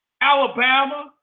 Alabama